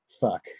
Fuck